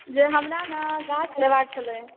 जे हमरा न गाछ लेबाक छलय